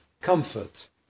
comfort